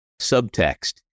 subtext